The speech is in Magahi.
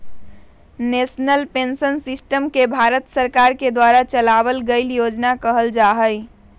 नेशनल पेंशन सिस्टम के भारत सरकार के द्वारा चलावल गइल योजना कहल जा हई